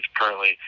currently